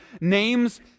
names